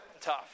tough